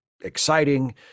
exciting